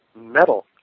metal